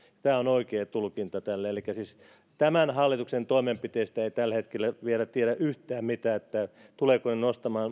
tämä on oikea tulkinta tälle elikkä siis tämän hallituksen toimenpiteistä ei tällä hetkellä vielä tiedä yhtään mitään tulevatko ne nostamaan